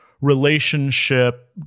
relationship